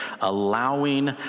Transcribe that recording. allowing